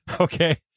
Okay